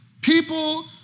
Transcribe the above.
People